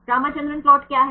Ramachandran plot क्या है